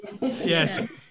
Yes